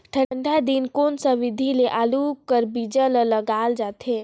ठंडा दिने कोन सा विधि ले आलू कर बीजा ल लगाल जाथे?